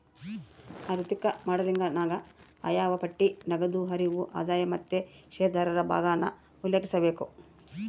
ಆಋಥಿಕ ಮಾಡೆಲಿಂಗನಾಗ ಆಯವ್ಯಯ ಪಟ್ಟಿ, ನಗದು ಹರಿವು, ಆದಾಯ ಮತ್ತೆ ಷೇರುದಾರರು ಭಾಗಾನ ಉಲ್ಲೇಖಿಸಬೇಕು